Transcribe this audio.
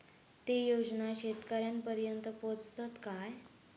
ते योजना शेतकऱ्यानपर्यंत पोचतत काय?